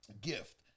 gift